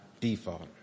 default